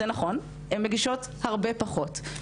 הן מגישות הרבה פחות.